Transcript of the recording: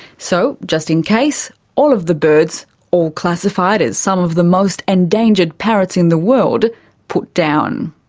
so just in case, all of the birds all classified as some of the most endangered parrots in the world put down.